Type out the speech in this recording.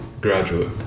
graduate